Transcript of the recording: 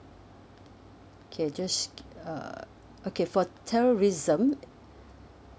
okay just sk~ uh okay for terrorism